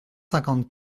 cinquante